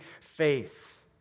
faith